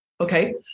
Okay